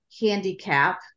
handicap